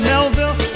Melville